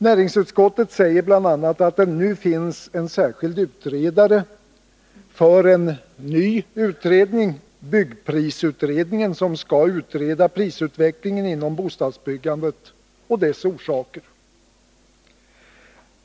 Näringsutskottet säger bl.a. att det nu finns en särskild utredare för en ny utredning, byggprisutredningen, som skall utreda prisutvecklingen inom bostadsbyggandet och dess orsaker.